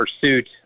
pursuit